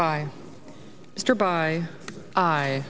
bye bye bye